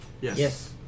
Yes